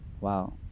wow